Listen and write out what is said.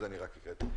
אוקיי, אז רק עדכנתי.